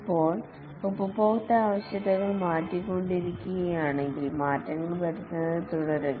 ഇപ്പോൾ ഉപഭോക്താവ് ആവശ്യകതകൾ മാറ്റിക്കൊണ്ടിരിക്കുകയാണെങ്കിൽ മാറ്റങ്ങൾ വരുത്തുന്നത് തുടരുക